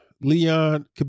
Leon